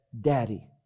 daddy